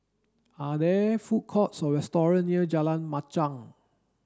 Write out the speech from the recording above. are there food courts or restaurants near Jalan Machang